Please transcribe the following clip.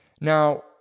Now